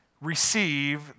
receive